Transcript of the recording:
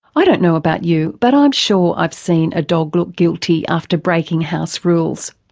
i don't know about you but i'm sure i've seen a dog look guilty after breaking house rules.